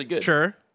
Sure